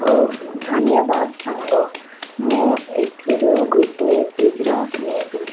ଓଃ ଧନ୍ୟବାଦ ସାଙ୍ଗ ମୁଁ ଏଥିରୁ ଗୋଟିଏ ଶୀଘ୍ର ନେବି